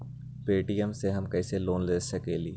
Paytm से हम कईसे लोन ले सकीले?